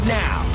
now